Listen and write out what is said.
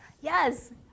Yes